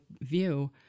view